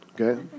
okay